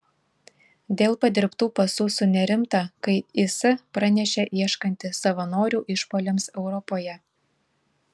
dėl padirbtų pasų sunerimta kai is pranešė ieškanti savanorių išpuoliams europoje